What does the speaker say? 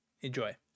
Enjoy